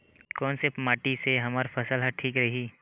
कोन से माटी से हमर फसल ह ठीक रही?